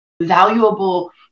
valuable